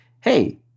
Hey